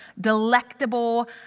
delectable